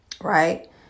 Right